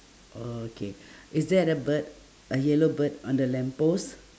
okay is there a bird a yellow bird on the lamp post